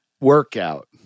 workout